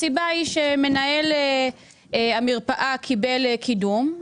הסיבה היא שמנהל המרפאה קיבל קידום,